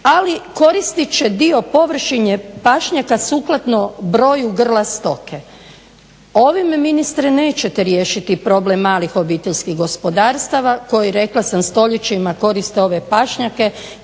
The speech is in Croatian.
ali koristit će dio površine pašnjaka sukladno broju grla stoke. Ovime ministre nećete riješiti problem malih OPG-a koje rekla sam stoljećima koriste ove pašnjake,